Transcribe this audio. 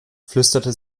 flüsterte